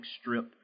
Strip